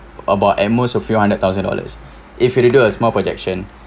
about at most a few hundred thousand dollars if you to do a small projection